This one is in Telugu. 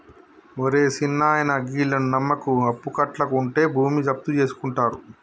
ఒరే సిన్నాయనా, గీళ్లను నమ్మకు, అప్పుకట్లకుంటే భూమి జప్తుజేసుకుంటరు